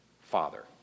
father